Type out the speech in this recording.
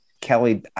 Kelly